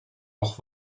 auch